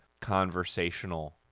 conversational